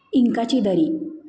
इंकाची दरी